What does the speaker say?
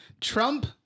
Trump